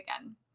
again